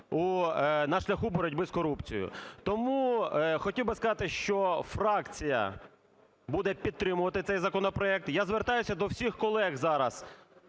на шляху боротьби з корупцією. Тому хотів би сказати, що фракція буде підтримувати цей законопроект. Я звертаюся до всіх колег зараз